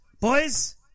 boys